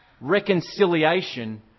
Reconciliation